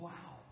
Wow